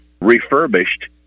refurbished